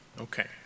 Okay